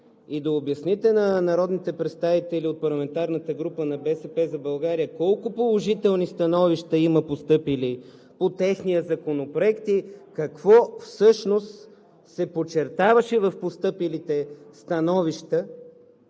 и да обясните на народните представители от парламентарната група на „БСП за България“ колко постъпили положителни становища има по техния законопроект и какво всъщност се подчертаваше в постъпилите становища